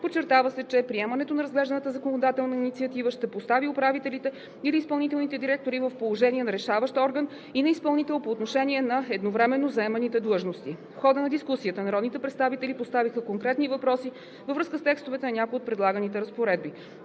Подчертава се, че приемането на разглежданата законодателна инициатива ще постави управителите или изпълнителните директори в положение на решаващ орган и на изпълнител по отношение на едновременно заеманите длъжности. В хода на дискусията народните представители поставиха конкретни въпроси във връзка с текстовете на някои от предлаганите разпоредби.